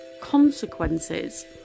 consequences